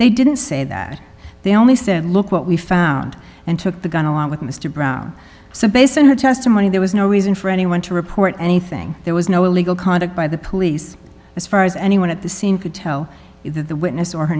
they didn't say that they only said look what we found and took the gun along with mr brown so based on her testimony there was no reason for anyone to report anything there was no illegal conduct by the police as far as anyone at the scene could tell you that the witness or her